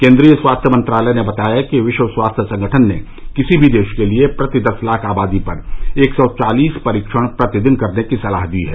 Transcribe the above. केंद्रीय स्वास्थ्य मंत्रालय ने बताया है कि विश्व स्वास्थ्य संगठन ने किसी भी देश के लिए प्रति दस लाख आबादी पर एक सौ चालीस परीक्षण प्रतिदिन करने की सलाह दी है